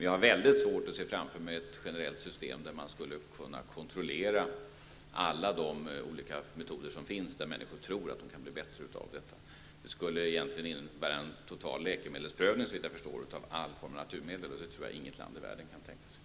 Jag har väldigt svårt att tänka mig ett generellt system för att kunna kontrollera alla de olika metoder som finns för människor som tror att de kan bli bättre. Det skulle såvitt jag förstår innebära en total läkemedelsprövning av alla former av naturläkemedel. Det tror jag inte att något land i världen kan tänka sig.